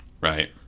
Right